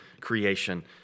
creation